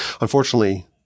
Unfortunately